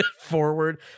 forward